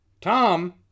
Tom